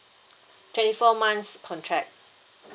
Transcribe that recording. twenty four months contract